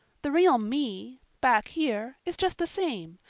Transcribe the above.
the real me back here is just the same.